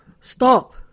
Stop